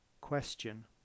question